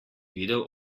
videl